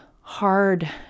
hard